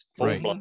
Right